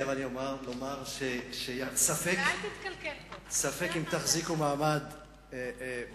אני חייב לומר שבקצב הזה ספק אם תחזיקו מעמד באופוזיציה.